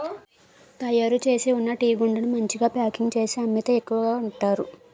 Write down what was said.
తయారుచేసి ఉన్న టీగుండను మంచిగా ప్యాకింగ్ చేసి అమ్మితే ఎక్కువ కొంతారు